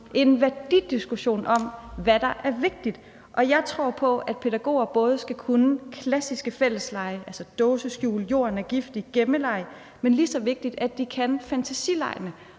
en værdidiskussion om, hvad der er vigtigt. Jeg tror på, at pædagoger både skal kunne klassiske fælleslege, altså dåseskjul, jorden er giftig og gemmeleg, men at det er lige så vigtigt, at de kan fantasilegene.